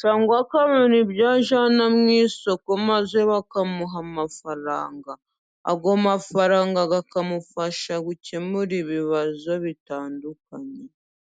cyangwa akabona ibyajyana mu isoko maze bakamuha amafaranga, ayo mafaranga akamufasha gukemura ibibazo bitandukanye.